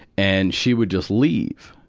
and she would just leave.